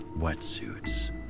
wetsuits